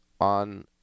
on